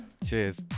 Cheers